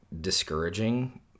discouraging